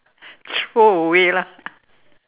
throw away lah